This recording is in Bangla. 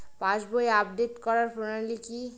পাসবই আপডেট করার প্রণালী কি?